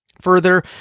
Further